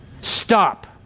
Stop